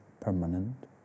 permanent